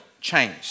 change